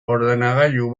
ordenagailu